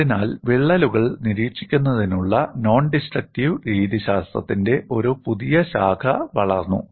അതിനാൽ വിള്ളലുകൾ നിരീക്ഷിക്കുന്നതിനുള്ള നോൺഡിസ്ട്രക്റ്റീവ് രീതിശാസ്ത്രത്തിന്റെ ഒരു പുതിയ ശാഖ വളർന്നു